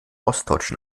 ostdeutschen